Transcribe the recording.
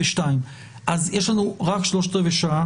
אז יש לנו רק 45 דקות.